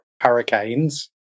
hurricanes